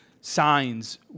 signs